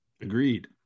Agreed